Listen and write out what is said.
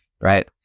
Right